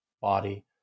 body